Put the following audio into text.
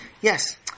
Yes